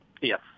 Yes